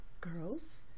girls